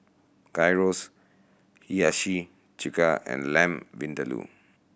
Gyros Hiyashi Chuka and Lamb Vindaloo